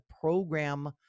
program